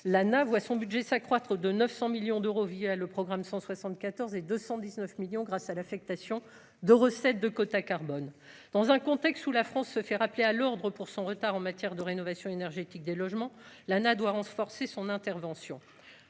l'Anaes voit son budget s'accroître de 900 millions d'euros via le programme 174 et 219 millions grâce à l'affectation de recettes de quota carbone dans un contexte où la France se fait rappeler à l'ordre pour son retard en matière de rénovation énergétique des logements, l'Anaes doit renforcer son intervention,